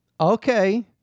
Okay